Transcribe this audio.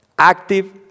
Active